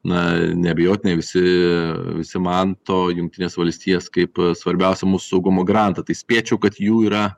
na neabejotinai visi visi man to jungtines valstijas kaip svarbiausią mūsų saugumo garantą tai spėčiau kad jų yra